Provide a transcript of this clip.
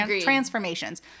Transformations